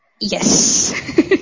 Yes